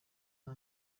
nta